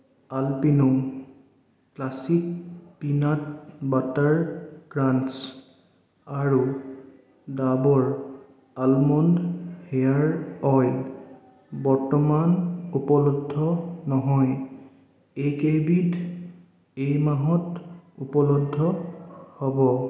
Alpino classic peanut butter crunch আৰু Dabur almond hair oil বৰ্তমান উপলব্ধ নহয় এইকেইবিধ এই মাহত উপলব্ধ হ'ব